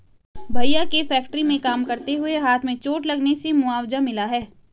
भैया के फैक्ट्री में काम करते हुए हाथ में चोट लगने से मुआवजा मिला हैं